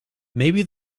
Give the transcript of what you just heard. maybe